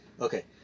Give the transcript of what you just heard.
Okay